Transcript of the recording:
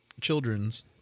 children's